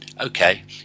okay